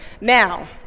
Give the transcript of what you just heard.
Now